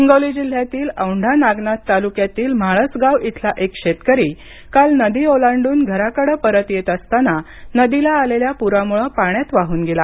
हिंगोली जिल्ह्यातील औंढा नागनाथ तालुक्यातील म्हाळसगाव इथला एक शेतकरी काल नदी ओलांडून घराकडे परत येत असताना नदीला आलेल्या पुरामुळे पाण्यात वाहून गेला